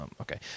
Okay